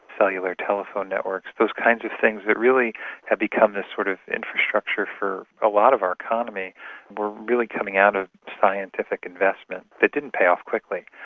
cellular telephone networks, those kinds of things that really have become the sort of infrastructure for a lot of our economy were really coming out of scientific investment that didn't pay off quickly.